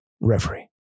referee